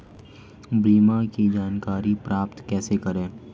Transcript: बीमा की जानकारी प्राप्त कैसे करें?